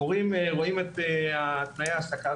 המורים רואים את תנאי ההעסקה,